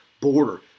border